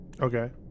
Okay